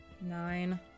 Nine